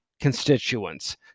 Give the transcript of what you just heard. constituents